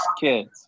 Kids